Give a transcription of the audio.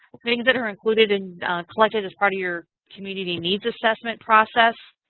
things that are included and collected as part of your community needs assessment process